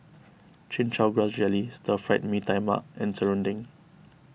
Chin Chow Grass Jelly Stir Fried Mee Tai Mak and Serunding